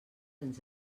ens